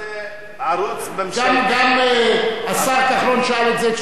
גם השר כחלון שאל את זה כשהוא היה יושב-ראש ועדת הכלכלה.